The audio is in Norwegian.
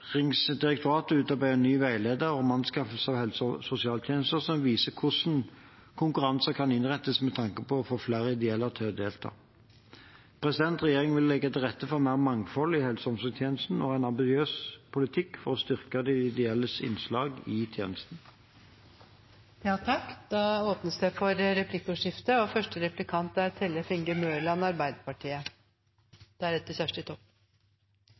en ny veileder om anskaffelse av helse- og sosialtjenester som viser hvordan konkurranser kan innrettes med tanke på å få flere ideelle til å delta. Regjeringen vil legge til rette for mer mangfold i helse- og omsorgstjenesten og har en ambisiøs politikk for å styrke de ideelles innslag i tjenesten. Det blir replikkordskifte. Frivillige ideelle organisasjoner har gjennom mange tiår gjort et stort og